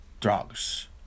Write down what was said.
drugs